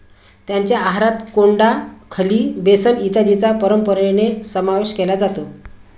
त्यांच्या आहारात कोंडा, खली, बेसन इत्यादींचा परंपरेने समावेश केला जातो